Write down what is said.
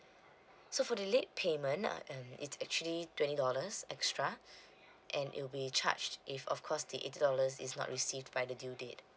so for the late payment uh um it's actually twenty dollars extra and it will be charged if of course the eighty dollars is not received by the due date